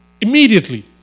Immediately